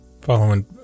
following